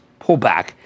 pullback